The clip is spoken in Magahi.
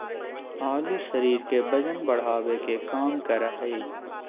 आलू शरीर के वजन बढ़ावे के काम करा हइ